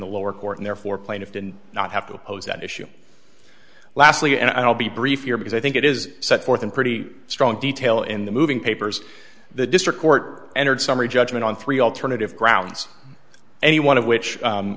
the lower court and therefore plaintiff did not have to oppose that issue lastly and i'll be brief here because i think it is set forth in pretty strong detail in the moving papers the district court entered summary judgment on three alternative grounds any one of which